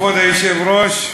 כבוד היושב-ראש,